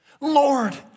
Lord